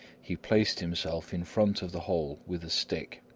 he placed himself in front of the hole with a stick.